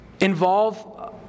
involve